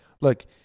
look